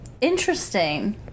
Interesting